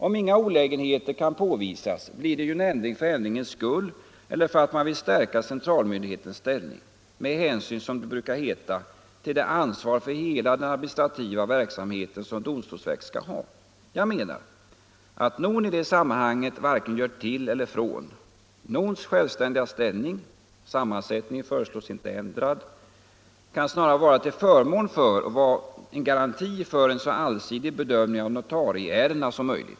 Om inga olägenheter kan påvisas blir det ju en ändring för ändringens skull eller för att man vill stärka centralmyndighetens ställning, med hänsyn — som det brukar heta — till det ansvar för hela den administrativa verksamheten som domstolsverket skall ha. Jag menar att NON i det sammanhanget varken gör till eller från. NON:s självständiga ställning — sammansättningen föreslås inte ändrad — kan snarare vara till förmån för och vara en garanti för en så allsidig bedömning av notarieärendena som möjligt.